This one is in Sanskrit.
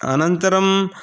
अनन्तरम्